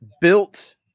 built